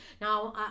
Now